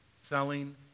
Selling